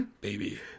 baby